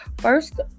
first